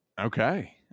Okay